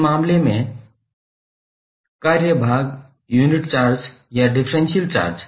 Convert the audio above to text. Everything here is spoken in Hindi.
इस मामले में कार्य भाग यूनिट चार्ज या डिफरेंशियल चार्ज